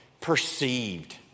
perceived